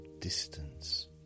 distance